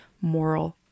moral